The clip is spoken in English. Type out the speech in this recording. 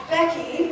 Becky